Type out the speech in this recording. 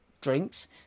drinks